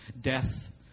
Death